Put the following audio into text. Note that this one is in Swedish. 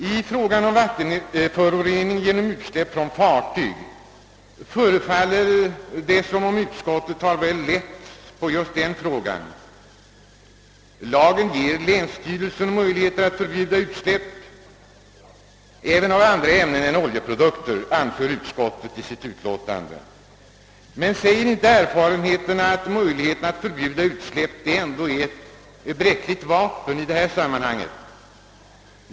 Det förefaller som om utskottet tar väl lätt på frågan om vattenförorening genom utsläpp från fartyg. Lagen ger länsstyrelserna möjlighet att förbjuda utsläpp även av andra ämnen än oljeprodukter, anför utskottet. Men säger inte erfarenheterna att »möjligheterna att förbjuda utsläpp» är ett bräckligt vapen?